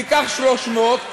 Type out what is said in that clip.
תיקח 300,